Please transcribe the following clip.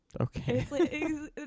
okay